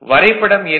வரைபடம் எண்